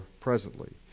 presently